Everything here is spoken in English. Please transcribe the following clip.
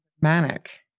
manic